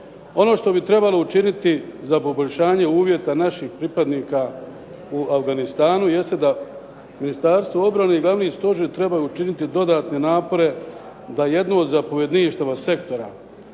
Ono što bi trebalo učiniti za poboljšanje uvjeta naših pripadnika u Afganistanu jeste da Ministarstvo obrane i glavni stožer trebaju učiniti dodatne napore da jedno od zapovjedništava sektora